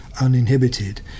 uninhibited